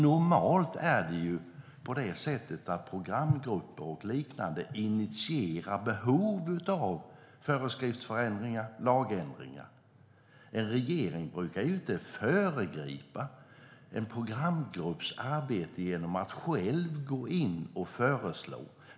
Normalt är det så att programgrupper och liknande initierar behov av föreskriftsförändringar och lagändringar. En regering brukar inte föregripa en programgrupps arbete genom att själv gå in och föreslå saker.